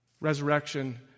Resurrection